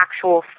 actual